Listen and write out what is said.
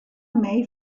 may